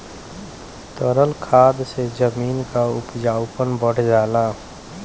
तरल खाद से जमीन क उपजाऊपन बढ़ जाला